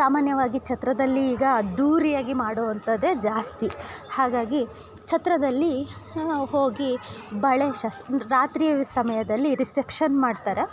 ಸಾಮಾನ್ಯವಾಗಿ ಛತ್ರದಲ್ಲಿ ಈಗ ಅದ್ದೂರಿಯಾಗಿ ಮಾಡೋ ಅಂತದೇ ಜಾಸ್ತಿ ಹಾಗಾಗಿ ಛತ್ರದಲ್ಲಿ ಹೋಗಿ ಬಳೆ ಶಾಸ್ ರಾತ್ರಿ ಸಮಯದಲ್ಲಿ ರಿಸೆಪ್ಷನ್ ಮಾಡ್ತಾರೆ